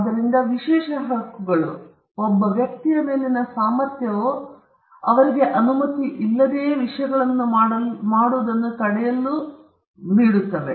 ಆದ್ದರಿಂದ ವಿಶೇಷ ಹಕ್ಕುಗಳು ಒಬ್ಬ ವ್ಯಕ್ತಿಯ ಮೇಲಿನ ಸಾಮರ್ಥ್ಯವು ಅವರಿಗೆ ಅನುಮತಿ ಇಲ್ಲದೆಯೇ ವಿಷಯಗಳನ್ನು ಮಾಡುವುದನ್ನು ತಡೆಯಲು ನೀಡುತ್ತವೆ